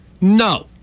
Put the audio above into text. no